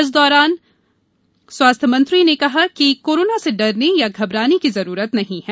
इस दौरान डॉक्टर मिश्रा ने कहा कि कोरोना से डरने या घबराने की जरूरत नहीं है